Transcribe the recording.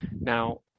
Now